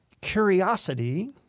curiosity